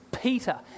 Peter